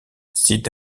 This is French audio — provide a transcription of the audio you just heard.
sid